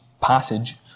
passage